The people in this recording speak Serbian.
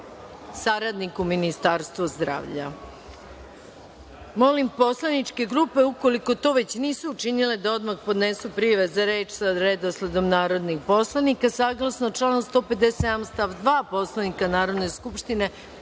saradnik u Ministarstvu zdravlja. Molim poslaničke grupe, ukoliko to već nisu učinile da odmah podnesu prijave za reč sa redosledom narodnih poslanika. Saglasno članu 157. stav 2. Poslovnika Narodne skupštine,